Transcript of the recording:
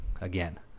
again